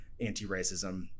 anti-racism